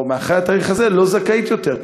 או אחרי התאריך הזה, לא זכאית יותר.